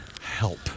help